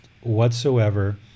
whatsoever